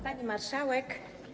Pani Marszałek!